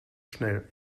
schnell